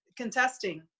contesting